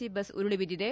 C bus ಉರುಳಿ ಬಿದ್ದಿದೆ